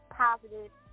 positive